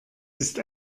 ist